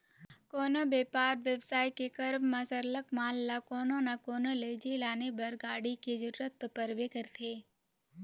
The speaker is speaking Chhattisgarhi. कोनो बयपार बेवसाय के करब म सरलग माल ल कोनो ना कोनो लइजे लाने बर गाड़ी के जरूरत तो परबे करथे